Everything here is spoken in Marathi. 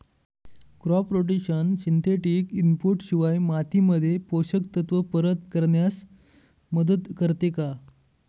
क्रॉप रोटेशन सिंथेटिक इनपुट शिवाय मातीमध्ये पोषक तत्त्व परत करण्यास मदत करते का?